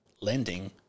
lending